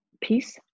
peace